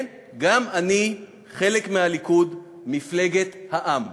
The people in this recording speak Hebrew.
כן, גם אני חלק מהליכוד, מפלגת העם.